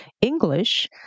English